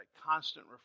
constant